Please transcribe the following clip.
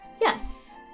yes